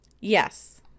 Yes